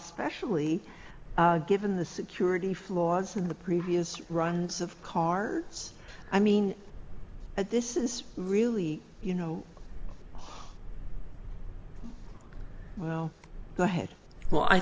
especially given the security flaws of the previous runs of cards i mean at this is really you know well go ahead well i